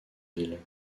ville